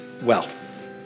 wealth